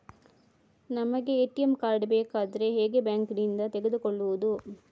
ನಮಗೆ ATM card ಬೇಕಾದ್ರೆ ಹೇಗೆ ಬ್ಯಾಂಕ್ ನಿಂದ ತೆಗೆದುಕೊಳ್ಳುವುದು?